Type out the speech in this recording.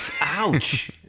Ouch